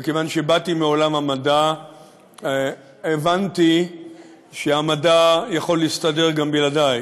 וכיוון שבאתי מעולם המדע הבנתי שהמדע יכול להסתדר גם בלעדי.